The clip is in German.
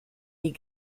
die